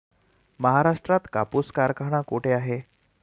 महाराष्ट्रात कापूस कारखाना कुठे आहे?